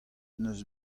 neus